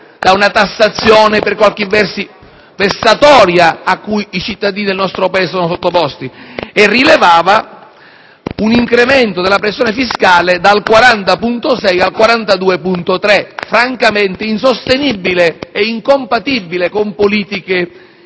da una tassazione per qualche verso vessatoria cui i cittadini del nostro Paese sono sottoposti. Egli rilevava, inoltre, un incremento della pressione fiscale dal 40,6 al 42,3 per cento, insostenibile e incompatibile con politiche